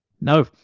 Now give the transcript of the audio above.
no